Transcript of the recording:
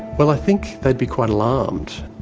well, i think they'd be quite alarmed.